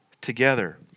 together